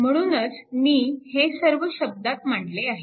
म्हंणूनच मी हे सर्व शब्दात मांडलेले आहे